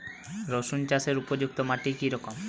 রুসুন চাষের উপযুক্ত মাটি কি রকম?